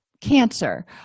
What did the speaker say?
cancer